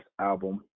album